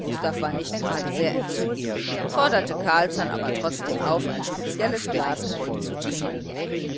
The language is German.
gustav war nicht gerade sehr entzückt forderte carlsson aber trotzdem auf ein spezielles glas mit ihm zu trinken